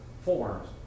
forms